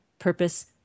purpose